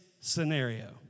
scenario